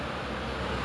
ya